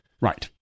Right